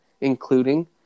including